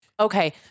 Okay